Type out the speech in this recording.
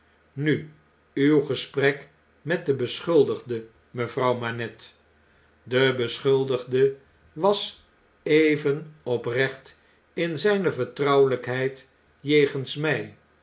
nu uw gesprek met den beschuldigde mejuffrouw manette de beschuldigde was even oprecht in zgne vertrouwelgkheid jegens mg